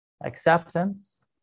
acceptance